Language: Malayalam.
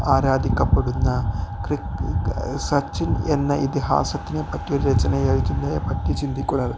ആരാധിക്കപ്പെടുന്ന സച്ചിൻ എന്ന ഇതിഹാസത്തിനെപ്പറ്റിയൊരു രചന എഴുതുന്നതിനെപ്പറ്റി